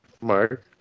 Mark